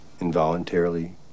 Involuntarily